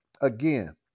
again